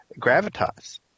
gravitas